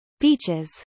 Beaches